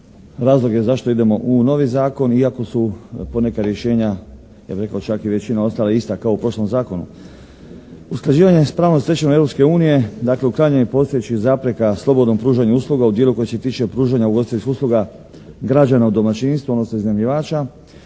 razlog je zašto idemo u novi zakon iako su poneka rješenja ja bih rekao čak i većina ostala ista kao u prošlom zakonu. Usklađivanje s pravnom stečevinom Europske unije u uklanjanju postojećih zapreka slobodnom pružanju usluga u dijelu koji se tiče pružanja ugostiteljskih usluga građana u domaćinstvu odnosno iznajmljivača,